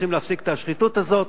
וצריכים להפסיק את השחיתות הזאת.